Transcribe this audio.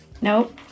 Nope